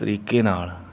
ਤਰੀਕੇ ਨਾਲ